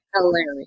Hilarious